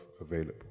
available